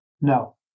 no